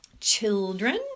Children